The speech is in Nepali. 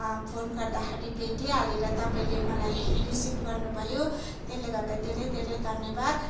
फोन गर्दाखेरि भेटिहालेँ र तपाईँले मलाई रिसिभ गर्नुभयो त्यसले गर्दा धेरै धेरै धन्यवाद